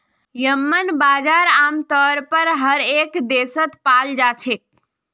येम्मन बजार आमतौर पर हर एक देशत पाल जा छे